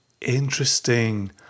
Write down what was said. interesting